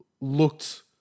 looked